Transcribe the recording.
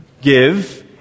give